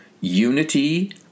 Unity